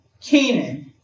Canaan